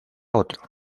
otro